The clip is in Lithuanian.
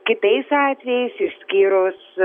kitais atvejais išskyrus